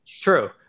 True